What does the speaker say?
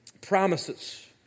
promises